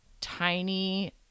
tiny